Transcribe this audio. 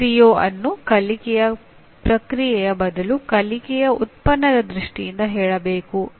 CO ಅನ್ನು ಕಲಿಕೆಯ ಪ್ರಕ್ರಿಯೆಯ ಬದಲು ಕಲಿಕೆಯ ಉತ್ಪನ್ನದ ದೃಷ್ಟಿಯಿಂದ ಹೇಳಬೇಕು